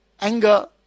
anger